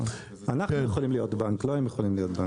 אנחנו יכולים להיות בנק, לא הם יכולים להיות בנק.